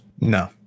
No